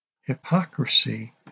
Hypocrisy